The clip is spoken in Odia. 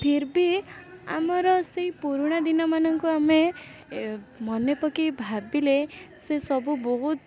ଫିରଭି ଆମର ସେଇ ପୁରୁଣା ଦିନମାନଙ୍କୁ ଆମେ ମନେ ପକେଇ ଭାବିଲେ ସେ ସବୁ ବହୁତ